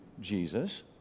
Jesus